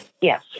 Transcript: Yes